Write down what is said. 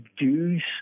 reduce